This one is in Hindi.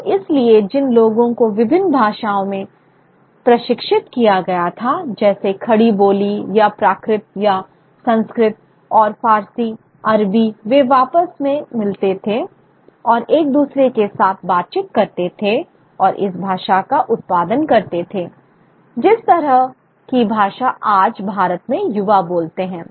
तो इसलिए जिन लोगों को विभिन्न भाषाओं में प्रशिक्षित किया गया था जैसे खड़ी बोली या प्राकृत या संस्कृत और फ़ारसी अरबी वे आपस में मिलते थे और एक दूसरे के साथ बातचीत करते थे और इस भाषा का उत्पादन करते थे जिस तरह की भाषा आज भारत में युवा बोलते हैं